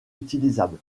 utilisable